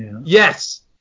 Yes